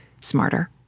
smarter